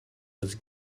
was